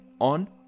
on